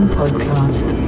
podcast